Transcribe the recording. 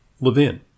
Levin